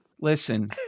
Listen